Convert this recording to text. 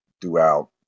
throughout